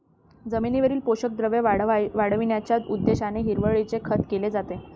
जमिनीतील पोषक द्रव्ये वाढविण्याच्या उद्देशाने हिरवळीचे खत केले जाते